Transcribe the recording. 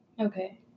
Okay